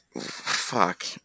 Fuck